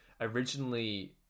originally